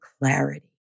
clarity